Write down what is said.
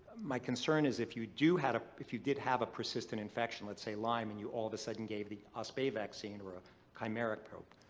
my concern is if you do have ah if you did have a persistent infection, let's say lyme, and you all of a sudden gave the ospa vaccine or a chimeric tope,